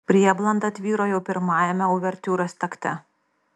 prieblanda tvyro jau pirmajame uvertiūros takte